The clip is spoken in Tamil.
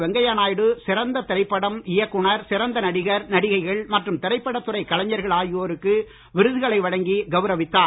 வெங்கய்ய நாயுடு சிறந்த திரைப்படம் இயக்குனர் சிறந்த நடிகர் நடிகைகள் மற்றும் திரைப்பட துறை கலைஞர்கள் ஆகியோருக்கு விருதுகளை வழங்கி கவுரவித்தார்